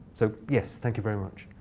so yes, thank you very much.